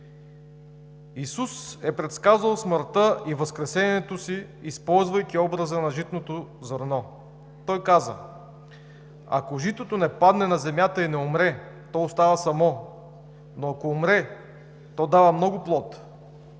Исус е предсказал смъртта и възкресението си, използвайки образа на житното зърно. Той каза: „Ако житото не падне на земята и не умре, то остава самò, но ако умре, то дава много плод.“